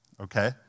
Okay